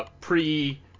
pre